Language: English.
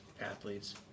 athletes